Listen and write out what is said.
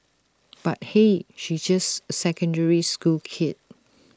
but hey she's just A secondary school kid